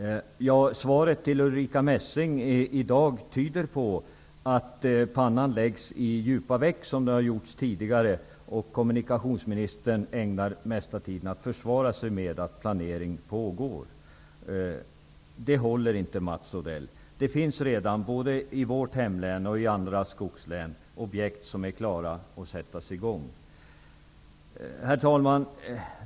Svaret till Ulrica Messing tyder på att pannan läggs i djupa veck, vilket har skett tidigare också. Kommunikationsministern ägnar mesta tiden åt att försvara sig med att planering pågår. Det håller inte, Mats Odell. Det finns redan, både i vårt hemlän och i andra skogslän, objekt som är klara att sätta i gång. Herr talman!